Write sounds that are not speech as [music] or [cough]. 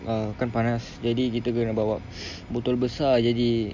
uh kan panas jadi kita kena bawa [breath] botol besar jadi